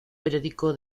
periódico